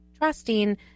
trusting